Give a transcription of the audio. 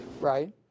Right